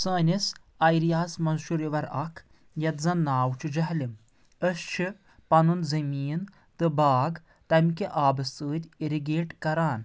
سٲنِس ایرِیاہس منٛز چھُ رِوَر اکھ یَتھ زَن ناو چھُ جہلِم أسۍ چھِ پنُن زٔمیٖن تہٕ باغ تمکہِ آبہٕ سۭتۍ اِرِگَیٹ کَران